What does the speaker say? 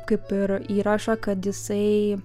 kaip ir įrašą kad jisai